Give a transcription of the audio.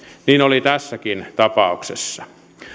niin oli tässäkin tapauksessa